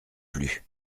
plus